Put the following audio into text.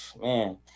man